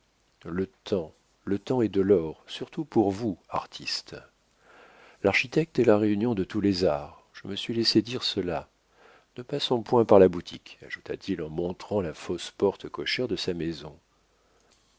le temps le temps est de l'or surtout pour vous artistes l'architecture est la réunion de tous les arts je me suis laissé dire cela ne passons point par la boutique ajouta-t-il en montrant la fausse porte cochère de sa maison